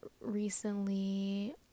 recently